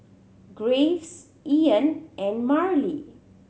Graves Ian and Merle